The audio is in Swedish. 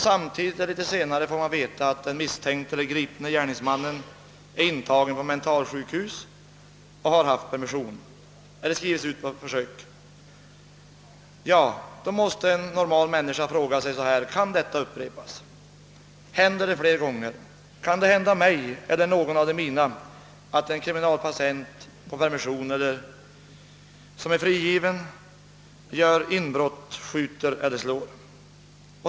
Samtidigt får man veta att den misstänkte eller gripne gärningsmannen är intagen på mentalsjukhus och haft permission eller skrivits ut på försök. Då måste en normal människa fråga sig: Kan detta upprepas? Kan det hända att en kriminalpatient som är på permission eller frigivits gör inbrott hos mig och de mina, skjuter eller slår?